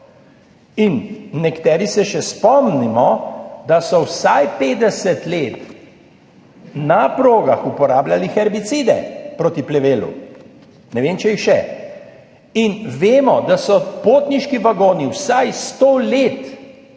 in nekateri se še spomnimo, da so vsaj 50 let na progah uporabljali herbicide proti plevelu, ne vem, če jih še. In vemo, da so imeli potniški vagoni vsaj 100 let